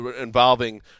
involving